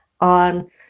on